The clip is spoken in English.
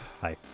hi